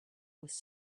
was